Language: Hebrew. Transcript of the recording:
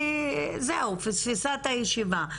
זהו היא פספסה את הישיבה.